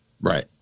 Right